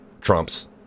Trump's